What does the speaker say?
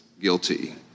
guilty